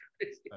crazy